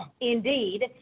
indeed